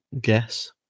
guess